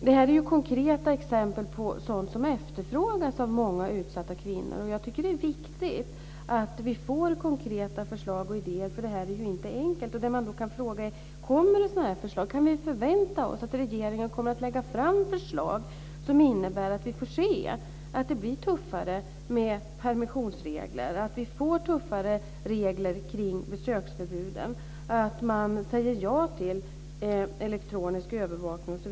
Det här är ju konkreta exempel på sådant som efterfrågas av många utsatta kvinnor. Jag tycker att det är viktigt att vi får konkreta förslag och idéer, för det här är ju inte enkelt. Det man då kan fråga sig är: Kommer det sådana här förslag? Kan vi förvänta oss att regeringen kommer att lägga fram förslag som innebär att vi får se att det blir tuffare med permissionsregler, att vi får tuffare regler kring besöksförbud, att man säger ja till elektronisk övervakning?